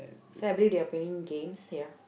so I believe they are playing games ya